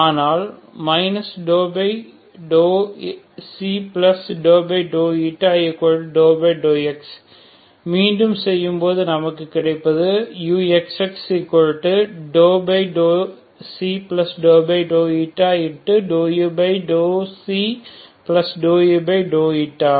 அதனால் ∂x மீண்டும் செய்யும் போது நமக்கு கிடைப்பது uxx ∂u∂u